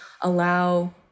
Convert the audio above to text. allow